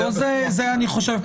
אני חושב,